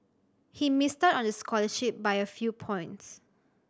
he missed out on the scholarship by a few points